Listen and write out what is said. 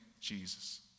Jesus